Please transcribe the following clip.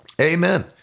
Amen